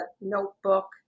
notebook